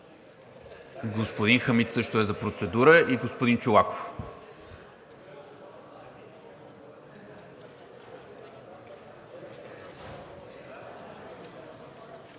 Господин Хамид също е за процедура, а и господин Чолаков.